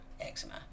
eczema